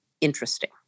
interesting